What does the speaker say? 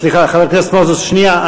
חבר הכנסת מוזס, שנייה.